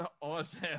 Awesome